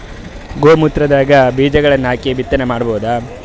ಗೋ ಮೂತ್ರದಾಗ ಬೀಜಗಳನ್ನು ಹಾಕಿ ಬಿತ್ತನೆ ಮಾಡಬೋದ?